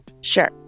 Sure